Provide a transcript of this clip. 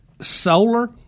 Solar